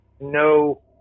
no